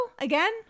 again